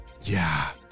Yeah